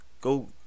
Go